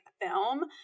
film